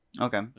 Okay